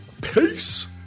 peace